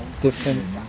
different